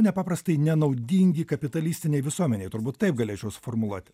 nepaprastai nenaudingi kapitalistinėj visuomenėj turbūt taip galėčiau suformuluoti